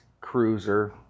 cruiser